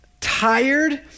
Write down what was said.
tired